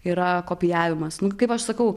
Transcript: yra kopijavimas nu kaip aš sakau